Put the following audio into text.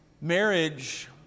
marriage